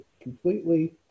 completely